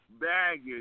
baggage